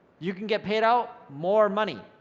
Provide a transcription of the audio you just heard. you can get paid out more money,